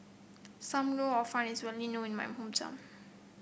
Sam Lau Hor Fun is well known in my hometown